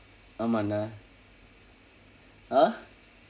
ஆமாம்:aamaam dah ah